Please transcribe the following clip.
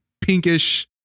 pinkish